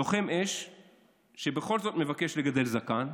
"לוחם אש שבכל זאת מבקש לגדל זקן"